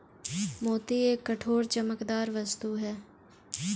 मोती एक कठोर, चमकदार वस्तु है